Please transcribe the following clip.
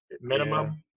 minimum